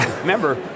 remember